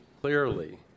clearly